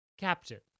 Captain